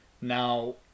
Now